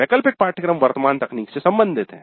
वैकल्पिक पाठ्यक्रम वर्तमान तकनीक से संबंधित है